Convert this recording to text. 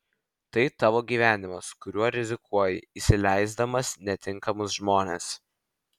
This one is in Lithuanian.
tai tavo gyvenimas kuriuo rizikuoji įsileisdamas netinkamus žmones